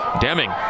Deming